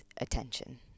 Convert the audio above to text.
attention